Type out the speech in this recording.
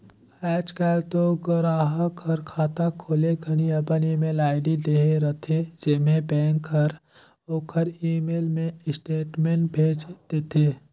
आयज कायल तो गराहक हर खाता खोले घनी अपन ईमेल आईडी देहे रथे जेम्हें बेंक हर ओखर ईमेल मे स्टेटमेंट भेज देथे